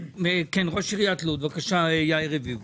ראש עיריית לוד, יאיר רביבו.